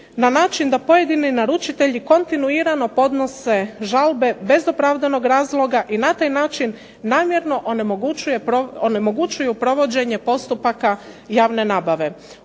na način da pojedini naručitelji kontinuiran podnose žalbe bez opravdanog razloga i na taj način namjerno onemogućuju provođenje postupaka javne nabave.